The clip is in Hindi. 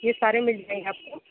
यह सारे मिल जाएंगे आपको